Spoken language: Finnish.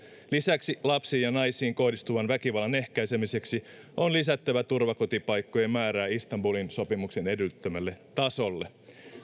lisäksi lapsiin ja naisiin kohdistuvan väkivallan ehkäisemiseksi on lisättävä turvakotipaikkojen määrää istanbulin sopimuksen edellyttämälle tasolle